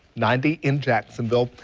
ninety in jacksonville.